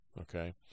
Okay